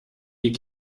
die